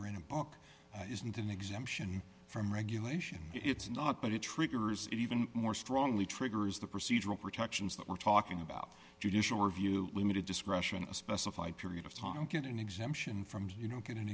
or in a book isn't an exemption from regulation it's not but it triggers it even more strongly triggers the procedural protections that we're talking about judicial review limited discretion a specified period of time get an exemption from you know get an